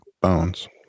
bones